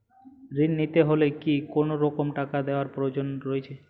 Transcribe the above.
ঋণ নিতে হলে কি কোনরকম টাকা দেওয়ার প্রয়োজন রয়েছে?